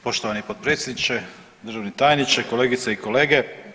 Poštovani potpredsjedniče, državni tajniče, kolegice i kolege.